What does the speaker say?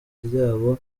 ryabo